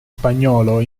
spagnolo